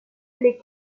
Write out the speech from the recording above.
les